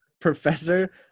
Professor